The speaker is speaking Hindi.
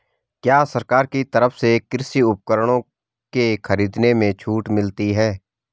क्या सरकार की तरफ से कृषि उपकरणों के खरीदने में छूट मिलती है?